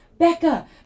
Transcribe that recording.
Becca